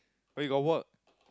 but you got work